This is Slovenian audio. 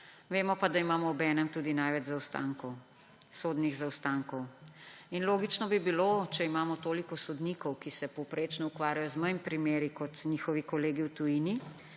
vemo pa, da imamo obenem tudi največ sodnih zaostankov. Logično bi bilo, če imamo toliko sodnikov, ki se povprečno ukvarjajo z manj primeri, kot njihovi kolegi v tujini,